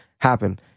happen